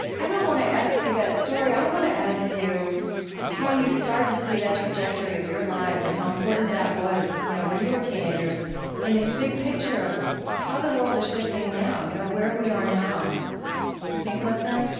i don't want to ask you that story. i want to ask you how you start to see that trajectory of your lives and how important that was you know when you were teenagers in this big picture of how the world is shifting now, you know where we are now. do you think about that?